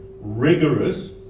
rigorous